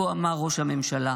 כה אמר ראש הממשלה.